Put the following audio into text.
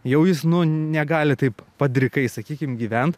jau jis negali taip padrikai sakykim gyvent